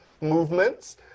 movements